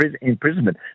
imprisonment